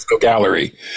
gallery